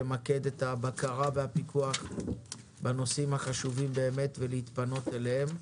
למקד את הבקרה והפיקוח בנושאים החשובים באמת ולהתפנות אליהם.